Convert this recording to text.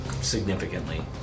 significantly